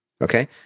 okay